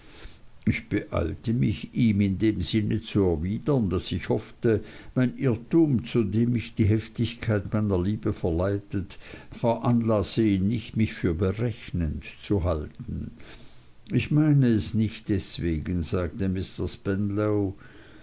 ich beeilte mich ihm in dem sinne zu erwidern daß ich hoffte mein irrtum zu dem mich die heftigkeit meiner liebe verleitet veranlasse ihn nicht mich für berechnend zu halten ich meine es nicht deswegen sagte mr